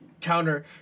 counter